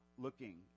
looking